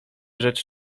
rzecz